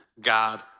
God